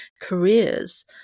careers